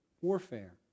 warfare